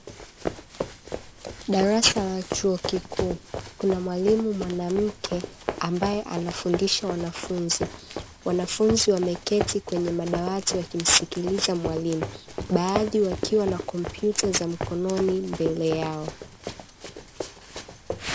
Darasa la chuo kikuu, kuna mwalimu mwanamke ambaye anafundisha. Wanafunzi wameketi kwenye madawati wakimsikiliza mwalimu, baadhi wakiwa na kompyuta za mkononi mbele yao.